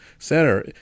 center